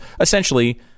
essentially